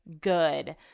good